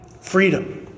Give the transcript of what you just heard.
freedom